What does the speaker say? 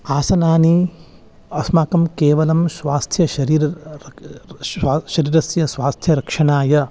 आसनानि अस्माकं केवलं स्वास्थ्यशरीरं शरीरस्य स्वास्थ्यरक्षणाय